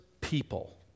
people